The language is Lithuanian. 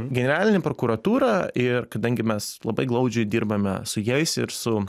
generalinė prokuratūra ir kadangi mes labai glaudžiai dirbame su jais ir su